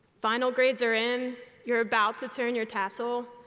final grades are in, you're about to turn your tassel,